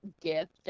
gift